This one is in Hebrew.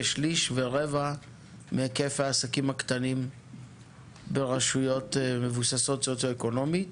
שליש או רבע מהיקף העסקים הקטנים ברשויות מבוססות סוציו-אקונומית